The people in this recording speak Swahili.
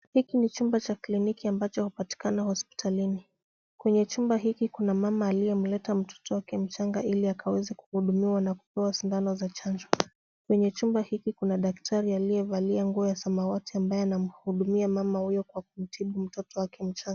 Hiki ni chumba cha kliniki ambacho hupatikana hospitalini. Kwenye chumba hiki kuna mama aliyemleta mtoto wake mchanga ili akaweze kuhudumiwa na kupewa sindano za chanjo. Kwenye chumba hiki kuna daktari aliyevalia nguo ya samawati ambaye anahudumia mama huyo kumtibu mtoto wake mchanga.